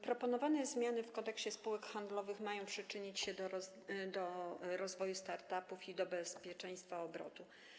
Proponowane zmiany w Kodeksie spółek handlowych mają przyczynić się do rozwoju start-upów i do bezpieczeństwa obrotu.